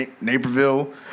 Naperville